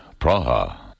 Praha